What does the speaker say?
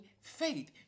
faith